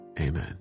amen